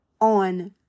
on